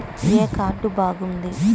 ఏ card బాగుంది?